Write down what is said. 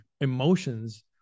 emotions